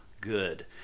good